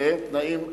ובהתקיים תנאים אחדים.